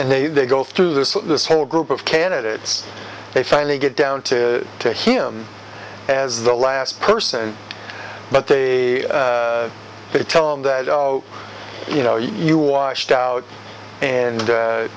and they they go through this this whole group of candidates they finally get down to to him as the last person but they tell him that you know you washed out and